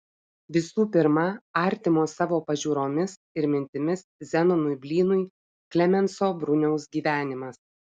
visų pirma artimo savo pažiūromis ir mintimis zenonui blynui klemenso bruniaus gyvenimas